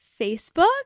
Facebook